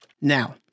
now